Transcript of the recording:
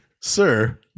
Sir